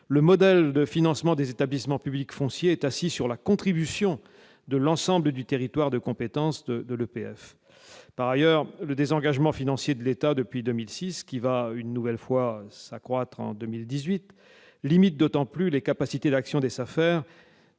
le modèle de financement des établissements publics fonciers est assis sur la contribution de l'ensemble du territoire de compétence de l'EPF. Par ailleurs, le désengagement financier de l'État depuis 2006, qui va une nouvelle fois s'accroître en 2018, limite encore plus les capacités d'action des SAFER,